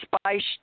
spice